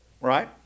Right